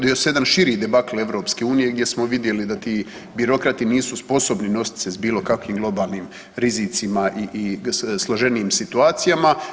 Dogodio se jedan širi debakl EU gdje smo vidjeli da ti birokrati nisu sposobni nosit se s bilo kakvim globalnim rizicima i složenijim situacijama.